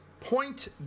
Point